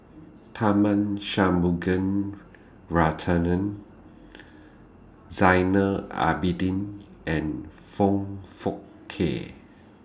Tharman Shanmugaratnam Zainal Abidin and Foong Fook Kay